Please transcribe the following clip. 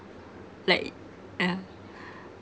like uh